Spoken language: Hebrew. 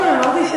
לא אמרתי.